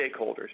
stakeholders